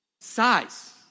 Size